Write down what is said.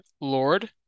Lord